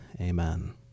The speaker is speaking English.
amen